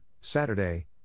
Saturday